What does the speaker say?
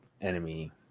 enemy